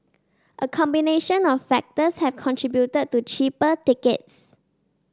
a combination of factors have contributed to cheaper tickets